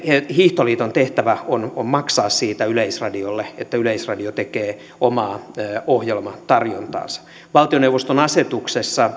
hiihtoliiton tehtävä on on maksaa yleisradiolle siitä että yleisradio tekee omaa ohjelmatarjontaansa valtioneuvoston asetuksessa